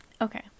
Okay